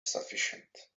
sufficient